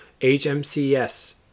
HMCS